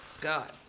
God